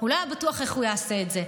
הוא לא היה בטוח איך הוא יעשה את זה,